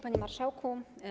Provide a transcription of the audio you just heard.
Panie Marszałku!